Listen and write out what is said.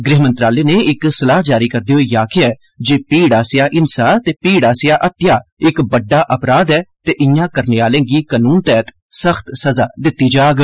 गृह मंत्रालय नै इक सलाह जारी करदे होई आखेआ ऐ जे भीड़ आसेआ हिंसा ते भीड़ आसेआ हत्तेआ इक बड्डा अपराघ ऐ ते ईआं करने आह्लें गी कानून तैह्त सख्त सजा दित्ती जाग